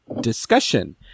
discussion